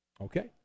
Okay